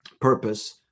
purpose